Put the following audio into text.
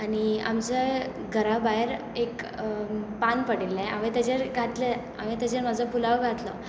आनी आमच्या घरा भायर एक पान पडिल्लें हांवें ताजेर घातलें हांवें ताजेर म्हजो पुलाव घातलो